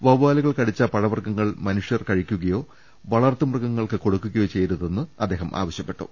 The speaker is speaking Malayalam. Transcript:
വവ്വാലുകൾ കടിച്ച പഴവർഗ്ഗങ്ങൾ മനുഷ്യർ കഴി ക്കുകയോ വളർത്തുമൃഗങ്ങൾക്ക് കൊടുക്കുകയോ ചെയ്യരുതെന്ന് അദ്ദേഹം ആവശ്യപ്പെട്ടു